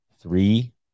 Three